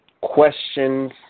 questions